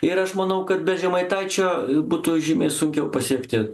ir aš manau kad be žemaitaičio būtų žymiai sunkiau pasiekti